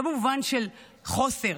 לא במובן של חוסר,